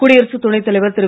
குடியரசு துணைத் தலைவர் திரு